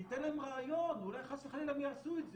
תיתן להם רעיון, אולי חס וחלילה הם יעשו את זה.